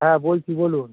হ্যাঁ বলছি বলুন